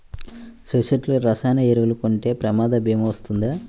సొసైటీలో రసాయన ఎరువులు కొంటే ప్రమాద భీమా వస్తుందా?